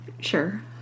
Sure